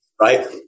Right